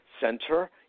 center